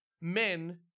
men